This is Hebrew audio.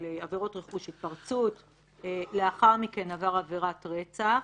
עבירות רכוש, התפרצות, לאחר מכן עבר עבירת רצח,